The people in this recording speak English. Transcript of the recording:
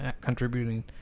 contributing